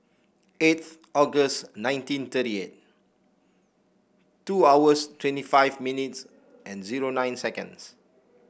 eighth August nineteen thirty eight two hours twenty five minutes and zero nine seconds